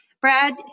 Brad